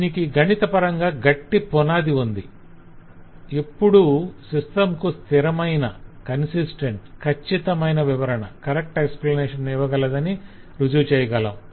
దీనికి గణితపరంగా గట్టి పునాది ఉంది ఎప్పుడూ సిస్టంకు స్థిరమైన కచ్చితమైన వివరణ ఇవ్వగలదని రుజువు చేయగలం